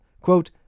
Quote